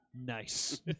Nice